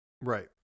Right